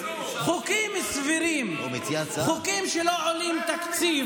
חוקים סבירים, חוקים שלא עולים תקציב,